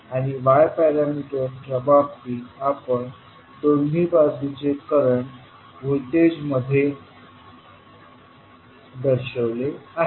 तर y पॅरामीटर्सच्या बाबतीत आपण दोन्ही बाजूंचे करंट व्होल्टेज मध्ये दर्शवले आहे